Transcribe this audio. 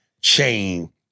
chain